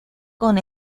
con